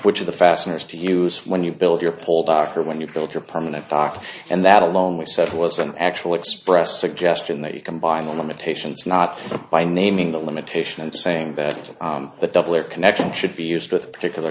which of the fasteners to use when you build your pole dock or when you build your permanent dock and that alone we said was an actual expressed suggestion that you combine a limitation is not by naming the limitation and saying that the double or connection should be used with particular